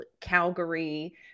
Calgary